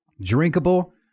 drinkable